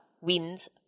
wins